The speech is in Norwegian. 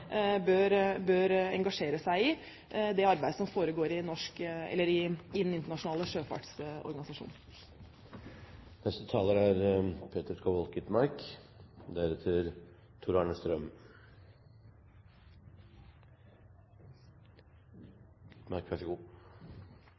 bør engasjere seg i, nemlig det arbeidet som foregår i